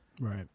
Right